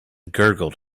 gurgled